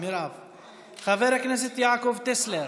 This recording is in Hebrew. חבר הכנסת יעקב טסלר,